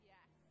Yes